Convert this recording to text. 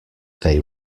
they